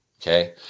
Okay